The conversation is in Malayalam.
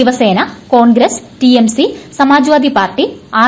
Shiv Sena Congress TMC Samajwadi party R